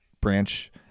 branch